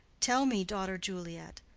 tell me, daughter juliet,